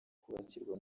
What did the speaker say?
kubakirwa